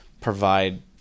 provide